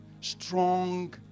strong